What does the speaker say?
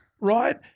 Right